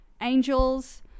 angels